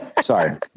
Sorry